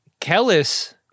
Kellis